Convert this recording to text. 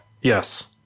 Yes